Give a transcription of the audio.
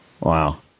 Wow